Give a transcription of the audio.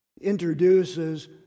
introduces